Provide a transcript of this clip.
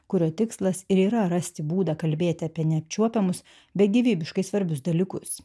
kurio tikslas ir yra rasti būdą kalbėti apie neapčiuopiamus bet gyvybiškai svarbius dalykus